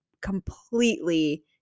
completely